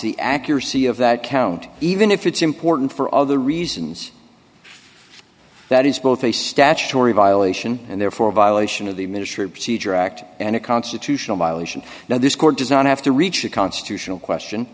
the accuracy of that count even if it's important for other reasons that is both a statutory violation and therefore a violation of the miniature procedure act and a constitutional violation now this court does not have to reach a constitutional question